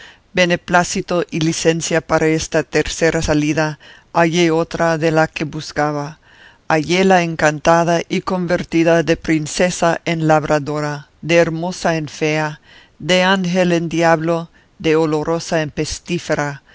beneplácito y licencia para esta tercera salida hallé otra de la que buscaba halléla encantada y convertida de princesa en labradora de hermosa en fea de ángel en diablo de olorosa en